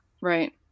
Right